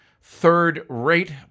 third-rate